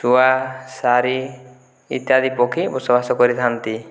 ଶୁଆ ସାରି ଇତ୍ୟାଦି ପକ୍ଷୀ ବସବାସ କରିଥାନ୍ତି